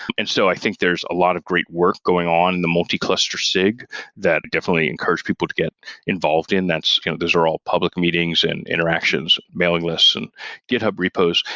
and so i think there're a lot of great work going on in the multi-cluster sig that definitely encourage people to get involved in. those are all public meetings and interactions, mailing lists and github repos.